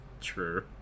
True